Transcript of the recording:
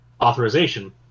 authorization